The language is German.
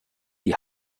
die